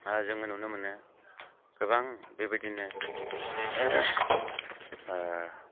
जोङो नुनो मोनो गोबां बेबादिनो